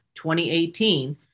2018